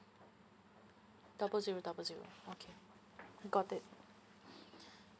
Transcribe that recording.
double zero double zero okay got it